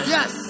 Yes